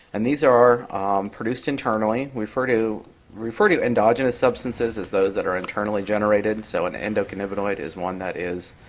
and these are produced internally. we refer to refer to endogenous substances as those that are internally generated. so an endocannabinoid is one that is